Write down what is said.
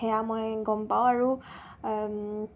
সেয়া মই গম পাওঁ আৰু